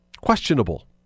questionable